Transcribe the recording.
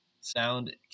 sound